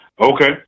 Okay